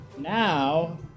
now